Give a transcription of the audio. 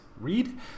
read